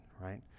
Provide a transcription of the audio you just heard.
right